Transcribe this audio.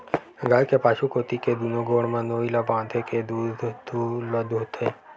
गाय के पाछू कोती के दूनो गोड़ म नोई ल बांधे के दूद ल दूहूथे